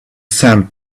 sand